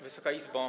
Wysoka Izbo!